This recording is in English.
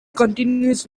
continues